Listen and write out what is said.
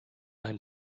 ein